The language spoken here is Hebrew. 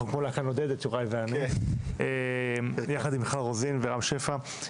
אנחנו כמו להקה נודדת יוראי ואני יחד עם מיכל רוזין ורם שפע,